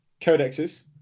codexes